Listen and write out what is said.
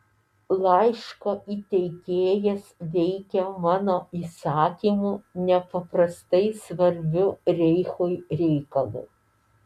laiško įteikėjas veikia mano įsakymu nepaprastai svarbiu reichui reikalu